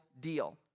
deal